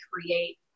create